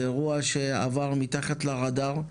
זה אירוע שעבר מתחת לרדאר,